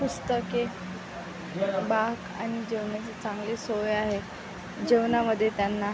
पुस्तके बाक आणि जेवणाची चांगली सोय आहे जेवणामध्ये त्यांना